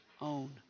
own